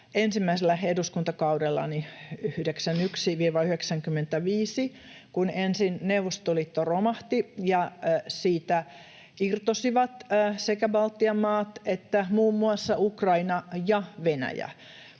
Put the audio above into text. ensimmäisellä eduskuntakaudellani 91—95, kun ensin Neuvostoliitto romahti ja siitä irtosivat sekä Baltian maat että muun muassa Ukraina ja Venäjä.